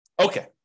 Okay